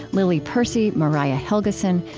lily percy, mariah helgeson,